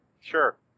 sure